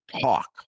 talk